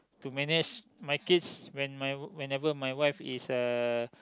to manage my kids when my whenever my wife is uh